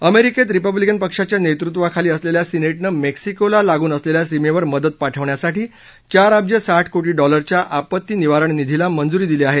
अमेरिकेत रिपब्लिकन पक्षाच्या नेतृत्वाखाली असलेल्या सिने नं मेक्सिकोला लागून असलेल्या सीमेवर मदत पाठवण्यासाठी चार अब्ज साठ कोशी डॉलरच्या स पत्ती निवारण निधीला मंज्री दिली स हे